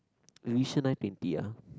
we reach here nine fifty ah